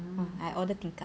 ah I order tingkat